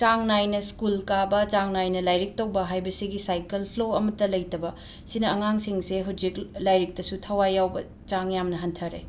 ꯆꯥꯡ ꯅꯥꯏꯅ ꯁ꯭ꯀꯨꯜ ꯀꯥꯕ ꯆꯥꯡ ꯅꯥꯏꯅ ꯂꯥꯏꯔꯤꯛ ꯇꯧꯕ ꯍꯥꯏꯕꯁꯤꯒꯤ ꯁꯥꯏꯀꯜ ꯐ꯭ꯂꯣ ꯑꯃꯠꯇ ꯂꯩꯇꯕ ꯁꯤꯅ ꯑꯉꯥꯡꯁꯤꯡꯁꯦ ꯍꯧꯖꯤꯛ ꯂꯥꯏꯔꯤꯛꯇꯁꯨ ꯊꯋꯥꯏ ꯌꯥꯎꯕ ꯆꯥꯡ ꯌꯥꯝꯅ ꯍꯟꯊꯔꯦ